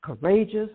courageous